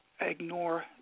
ignore